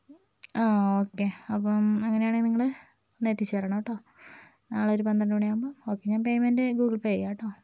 okay അപ്പം അങ്ങനെയാണെങ്കിൽ നിങ്ങള് ഒന്ന് എത്തിച്ചേരണം കെട്ടോ നാളെ ഒരു പന്ത്രണ്ട് മണിയാവുമ്പം ഓക്കെ ഞാൻ പേയ്മെൻറ്റ് ഗൂഗിൾ പേ ചെയ്യാം കെട്ടോ